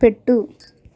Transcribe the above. పెట్టు